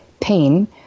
pain